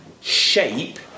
shape